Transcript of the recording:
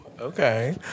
Okay